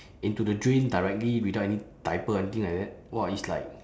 into the drain directly without any diaper anything like that !wah! it's like